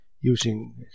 using